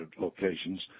locations